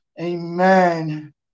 Amen